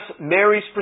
Mary's